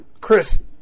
Chris